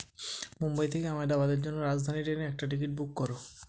মুম্বই থেকে আহমেদাবাদের জন্য রাজধানি ট্রেনে একটা টিকিট বুক করো